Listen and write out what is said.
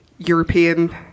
European